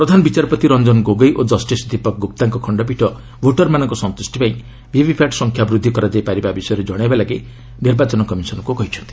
ପ୍ରଧାନ ବିଚାରପତି ରଞ୍ଜନ ଗୋଗୋଇ ଓ ଜଷ୍ଟିସ୍ ଦୀପକ୍ ଗୁପ୍ତାଙ୍କ ଖଣ୍ଡପୀଠ ଭୋଟର୍ମାନଙ୍କ ସନ୍ତୁଷ୍ଟି ପାଇଁ ଭିଭିପାଟ୍ ସଂଖ୍ୟା ବୃଦ୍ଧି କରାଯାଇପାରିବା ବିଷୟରେ ଜଣାଇବାକୁ ମଧ୍ୟ ନିର୍ବାଚନ କମିଶନ୍କୁ କହିଛନ୍ତି